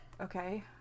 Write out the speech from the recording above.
Okay